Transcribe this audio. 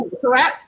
correct